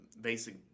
basic